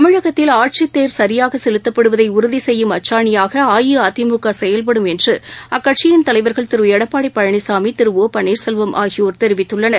தமிழகத்தில் ஆட்சித் தேர் சரியாக செலுத்தப்படுவதை உறுதி செய்யும் அச்சாணியாக அஇஅதிமுக செயல்படும் என்று அக்கட்சியின் தலைவர்கள் திரு எடப்பாடி பழனிசாமி திரு ஒ பள்ளீர்செல்வம் ஆகியோர் தெரிவித்துள்ளனர்